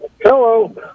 Hello